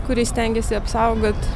kurį stengiesi apsaugot